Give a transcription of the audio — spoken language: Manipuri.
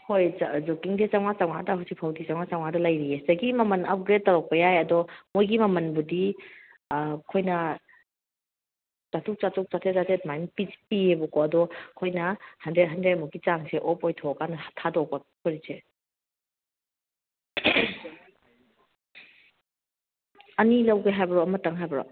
ꯍꯣꯏ ꯖꯣꯀꯤꯡꯁꯦ ꯆꯥꯝꯃꯉꯥ ꯆꯥꯝꯃꯉꯥꯗ ꯍꯧꯖꯤꯛ ꯐꯥꯎꯗꯤ ꯆꯥꯝꯃꯉꯥ ꯆꯥꯝꯃꯉꯥꯗ ꯂꯩꯔꯤꯌꯦ ꯁꯤꯗꯒꯤ ꯃꯃꯜ ꯑꯞꯒ꯭ꯔꯦꯠ ꯇꯧꯔꯛꯄ ꯌꯥꯏ ꯑꯗꯣ ꯃꯣꯏꯒꯤ ꯃꯃꯟꯕꯨꯗꯤ ꯑꯩꯈꯣꯏꯅ ꯆꯥꯇ꯭ꯔꯨꯛ ꯆꯥꯇ꯭ꯔꯨꯛ ꯆꯥꯇ꯭ꯔꯦꯠ ꯆꯥꯇ꯭ꯔꯦꯠ ꯑꯗꯨꯃꯥꯏꯅ ꯄꯤꯌꯦꯕꯀꯣ ꯑꯗꯣ ꯑꯩꯈꯣꯏꯅ ꯍꯟꯗ꯭ꯔꯦꯠ ꯍꯟꯗ꯭ꯔꯦꯠꯃꯨꯛꯀꯤ ꯆꯥꯡꯁꯦ ꯑꯣꯐ ꯑꯣꯏꯊꯣꯛꯑꯀꯥꯟꯗ ꯊꯥꯗꯣꯛꯄ ꯐꯨꯔꯤꯠꯁꯦ ꯑꯅꯤ ꯂꯧꯒꯦ ꯍꯥꯏꯕ꯭ꯔꯣ ꯑꯃꯇꯪ ꯍꯥꯏꯕ꯭ꯔꯣ